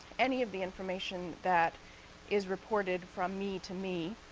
any of the information that is reported from me to me